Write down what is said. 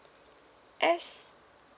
S